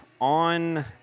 on